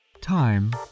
Time